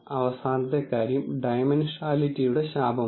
അവസാനത്തെ കാര്യം ഡയമെൻഷനാലിറ്റിയുടെ ശാപമാണ്